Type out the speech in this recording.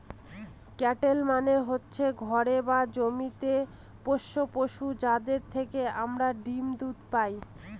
cattle মানে হচ্ছে ঘরে বা জমিতে পোষ্য পশু, যাদের থেকে আমরা ডিম দুধ পায়